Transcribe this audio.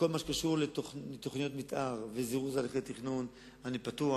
בכל מה שקשור לתוכניות מיתאר וזירוז הליכי תכנון אני פתוח.